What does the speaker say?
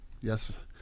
Yes